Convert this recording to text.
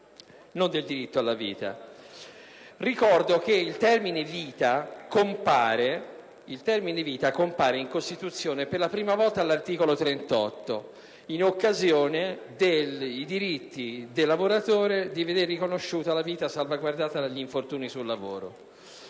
non del diritto alla vita. Ricordo che il termine "vita" compare in Costituzione per la prima volta all'articolo 38, laddove si parla dei diritti del lavoratore a veder salvaguardata la vita dagli infortuni sul lavoro.